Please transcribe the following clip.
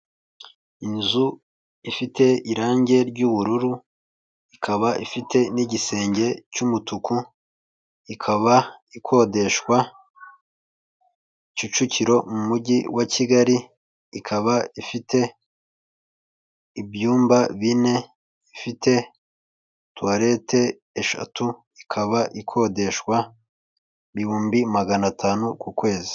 Inzu ifite irangi ry'ubururu ikaba ifite n'igisenge cy'umutuku ikaba ikodeshwa Kicukiro mu mujyi wa Kigali, ikaba ifite ibyumba bine bifite tuwarete eshatu, ikaba ikodeshwa ibihumbi magana atanu ku kwezi.